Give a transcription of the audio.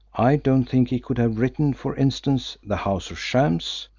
i don't think he could have written, for instance, the house of shams